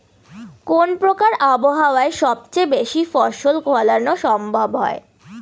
কোন প্রকার আবহাওয়ায় সবচেয়ে বেশি ফসল ফলানো সম্ভব হয়?